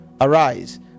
arise